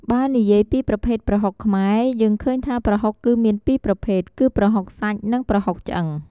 បើនិយាយពីប្រភេទប្រហុកខ្មែរ យើងឃើញថាប្រហុកគឺមានពីរប្រភេទ គឺប្រហុកសាច់ និងប្រហុកឆ្អឹង។